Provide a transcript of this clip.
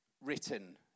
written